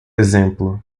exemplo